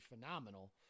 phenomenal